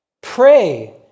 Pray